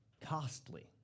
costly